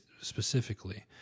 specifically